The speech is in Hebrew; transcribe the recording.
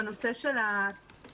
בנושא של התקנות,